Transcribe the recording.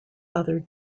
other